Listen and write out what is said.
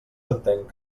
entenc